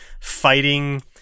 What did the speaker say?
fighting